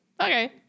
Okay